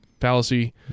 fallacy